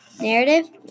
narrative